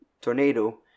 tornado